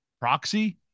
proxy